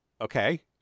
Okay